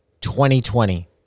2020